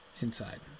inside